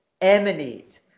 emanate